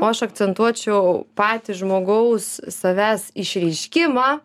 o aš akcentuočiau patį žmogaus savęs išreiškimą